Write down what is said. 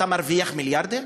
אתה מרוויח מיליארדים,